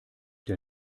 der